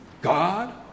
God